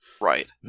Right